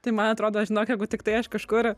tai man atrodo žinok jeigu tiktai aš kažkur